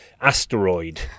asteroid